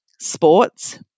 sports